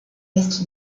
ouest